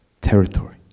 territory